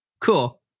cool